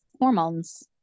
hormones